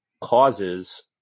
causes